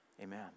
Amen